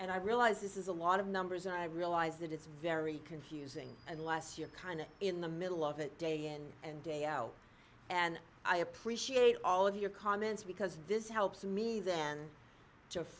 and i realize this is a lot of numbers and i realize that it's very confusing unless you're kind of in the middle of it day in and day out and i appreciate all of your comments because this helps me then